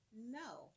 no